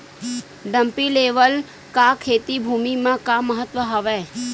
Dumpy level का खेती भुमि म का महत्व हावे?